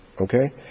Okay